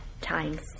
times